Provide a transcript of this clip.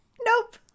Nope